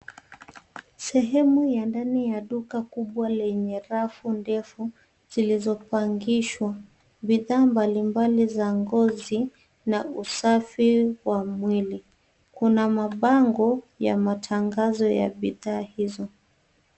Sehemu ya ndani ya duka kubwa lenye rafu ndefu zilizopangishwa. Bidhaa mbalimbali za ngozi na usafi wa mwili. Kuna mabango ya matangazo ya bidhaa hizo.